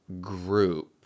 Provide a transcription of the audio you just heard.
group